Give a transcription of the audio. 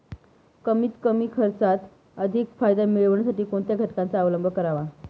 कमीत कमी खर्चात अधिक फायदा मिळविण्यासाठी कोणत्या घटकांचा अवलंब करावा?